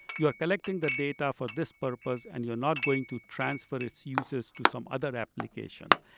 you are collecting the data for this purpose and you are not going to transfer its uses to some other application.